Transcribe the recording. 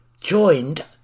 joined